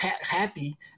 happy